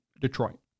Detroit